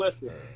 listen